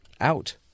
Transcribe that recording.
out